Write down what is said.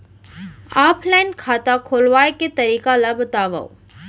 Offline खाता खोलवाय के तरीका ल बतावव?